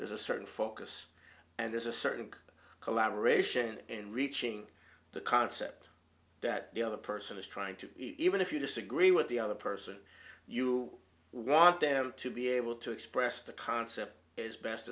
there's a certain focus and there's a certain collaboration in reaching the concept that the other person is trying to even if you disagree with the other person you want them to be able to express the concept is best